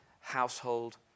household